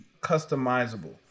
customizable